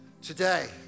today